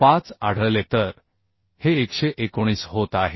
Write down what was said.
85 आढळले तर हे 119 होत आहे